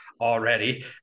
already